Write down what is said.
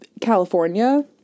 California